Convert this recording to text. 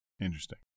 interesting